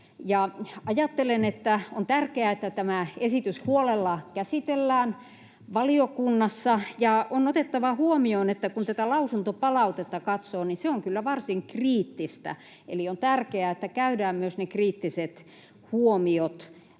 Ajattelen, että on tärkeää, että tämä esitys huolella käsitellään valiokunnassa, ja on otettava huomioon, että kun tätä lausuntopalautetta katsoo, niin se on kyllä varsin kriittistä, eli on tärkeää, että käydään myös ne kriittiset huomiot läpi.